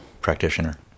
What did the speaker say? practitioner